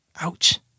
Ouch